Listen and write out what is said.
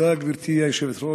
תודה, גברתי היושבת-ראש.